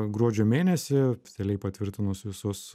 gruodžio mėnesį oficialiai patvirtinus visus